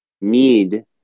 need